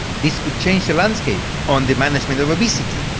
this could change the landscape on the management of obesity.